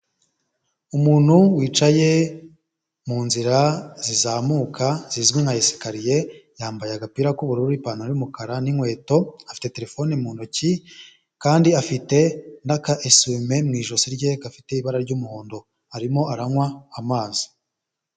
Umuntu wicaye mu nzi zizamuka zizwi nka esikariye yambaye agapira k'ubururu, ipantaro y'umukara n'inkweto afite terefone mu ntoki kandi afite naka esuwime mu ijosi rye gafite ibara ry'umuhondo arimo aranywa amazi.